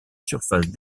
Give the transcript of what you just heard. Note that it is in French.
surface